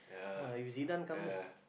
ah if Zidane come